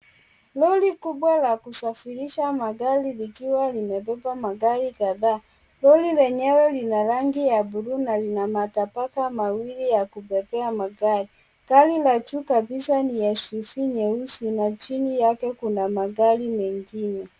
Lori kubwa la kusafirisha magari likiwa limebeba magari kadhaa. Lori lenyewe lina rangi ya bluu na lina matapaka mawili ya kubebea magari. Gari la juu kabisa ni SUV nyeusi na chini yake kuna magari mengine.